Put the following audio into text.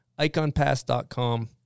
iconpass.com